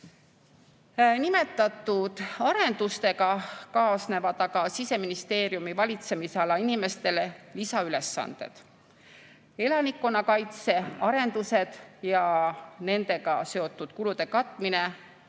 arendustega kaasnevad aga Siseministeeriumi valitsemisala inimestele lisaülesanded. Elanikkonnakaitse arendused ja nendega seotud kulude katmine